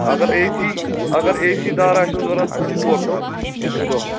اگر A C اگر A C دار آسیو ضوٚرَتھ ژور ساس دۄہَس